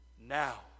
now